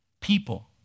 People